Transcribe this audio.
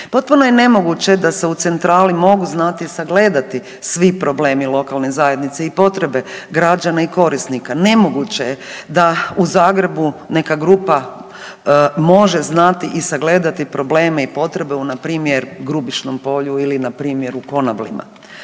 Potpuno je nemoguće da se u centrali mogu znati i sagledati svi problemi lokalne zajednice i potrebe građana i korisnika. Nemoguće je da u Zagrebu neka grupa može znati i sagledati probleme i potrebe u npr. Grubišnom Polju ili npr. u Konavlima.